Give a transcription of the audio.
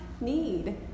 need